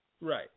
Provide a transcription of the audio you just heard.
Right